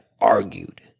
argued